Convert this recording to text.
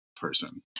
person